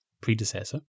predecessor